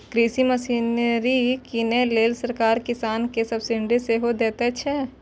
कृषि मशीनरी कीनै लेल सरकार किसान कें सब्सिडी सेहो दैत छैक